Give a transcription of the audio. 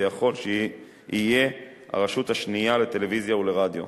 ויכול שיהיה הרשות השנייה לטלוויזיה ולרדיו.